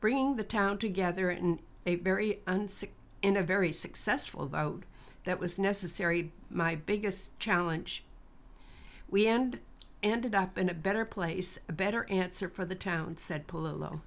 bringing the town together in a very in a very successful that was necessary my biggest challenge we end ended up in a better place a better answer for the town said polo